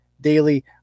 Daily